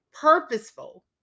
purposeful